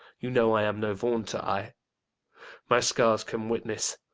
you know i am no vaunter, i my scars can witness,